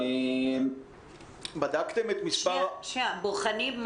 מה זאת אומרת בוחנים?